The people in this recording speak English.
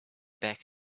back